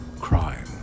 crime